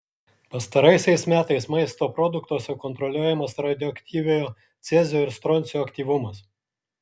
pastaraisiais metais maisto produktuose kontroliuojamas radioaktyviojo cezio ir stroncio aktyvumas